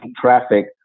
traffic